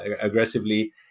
aggressively